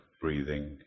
breathing